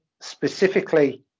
specifically